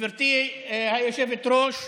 גברתי היושבת-ראש,